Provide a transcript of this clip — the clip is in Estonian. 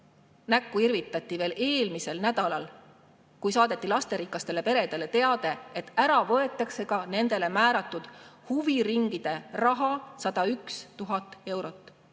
Näkku irvitati veel eelmisel nädalal, kui saadeti lasterikastele peredele teade, et ära võetakse ka nendele määratud huviringide raha 101 000 eurot.